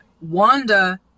Wanda